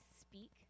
speak